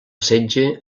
setge